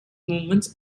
movements